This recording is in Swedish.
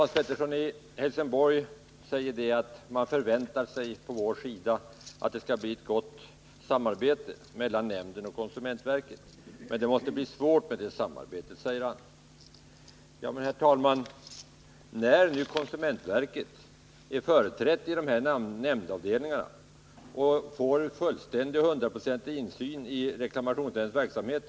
Hans Pettersson i Helsingborg säger att vi från utskottets sida förväntar oss att det skall bli ett gott samarbete mellan reklamationsnämnden och konsumentverket men att ett sådant samarbete måste bli svårt att förverkliga. Men, herr talman, konsumentverket är företrätt i nämndavdelningarna och får där en fullständig insyn i reklamationsnämndens verksamhet.